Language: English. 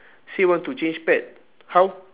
say want to change pad how